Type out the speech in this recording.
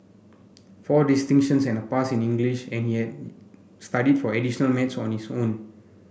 four distinctions and a pass in English and he had studied for additional maths on his own